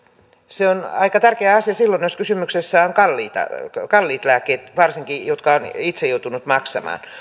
se on aika tärkeä asia silloin jos kysymyksessä on kalliit lääkkeet varsinkin sellaiset jotka on itse joutunut maksamaan